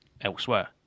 elsewhere